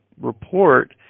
report